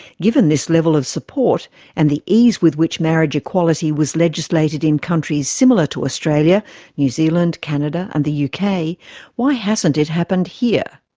given this level of support and the ease with which marriage equality was legislated in countries similar to australia new zealand, canada and the yeah uk why hasn't it happened here?